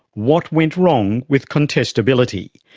what went wrong with contestability?